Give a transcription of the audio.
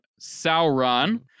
Sauron